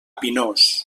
pinós